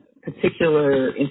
particular